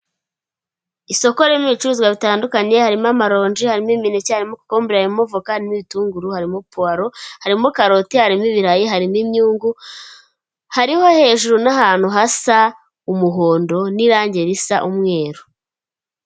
Isoko ririmo ibicuruzwa bitandukanye, harimo amaronji, harimo imineke, harimo kokombure, harimo voka, harimo ibitunguru, harimo puwaro, harimo karoti, harimo ibirayi, harimo imyungu, hariho hejuru n'ahantu hasa umuhondo n'irangi risa umweru.